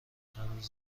چند